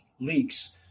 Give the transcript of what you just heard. leaks